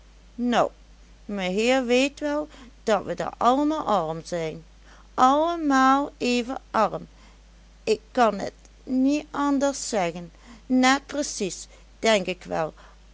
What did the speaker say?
nou meheer weet wel dat we daar allemaal arm zijn allemaal even arm ik kan et niet anders zeggen net precies denk ik wel